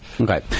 Okay